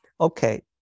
okay